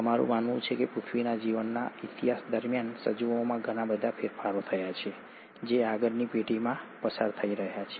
અમારું માનવું છે કે પૃથ્વીના જીવનના ઈતિહાસ દરમિયાન સજીવોમાં ઘણા બધા ફેરફારો થયા છે જે આગળની પેઢીઓમાં પસાર થઈ રહ્યા છે